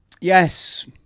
Yes